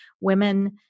women